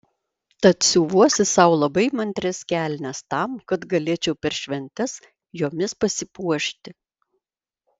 tad siuvuosi sau labai įmantrias kelnes tam kad galėčiau per šventes jomis pasipuošti